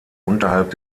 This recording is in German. unterhalb